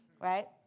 Right